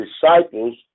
disciples